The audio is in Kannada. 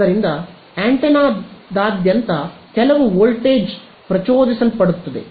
ಆದ್ದರಿಂದ ಆಂಟೆನಾದಾದ್ಯಂತ ಕೆಲವು ವೋಲ್ಟೇಜ್ ಪ್ರಚೋದಿಸಲ್ಪಡುತ್ತದೆ